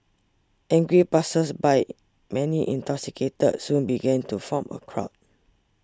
angry passersby many intoxicated soon began to form a crowd